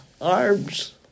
arms